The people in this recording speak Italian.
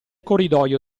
corridoio